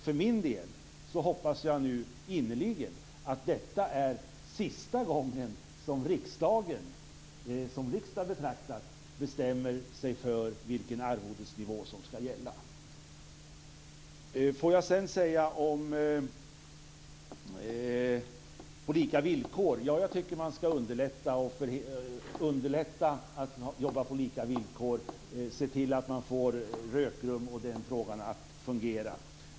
För min del hoppas jag nu innerligen att detta är sista gången som riksdagen, som riksdag betraktad, bestämmer sig för vilken arvodesnivå som skall gälla. Sedan vill jag säga något om det här med lika villkor. Ja, jag tycker att man skall underlätta detta med att jobba på lika villkor och se till att få det här med rökrum och annat som har med den frågan att göra att fungera.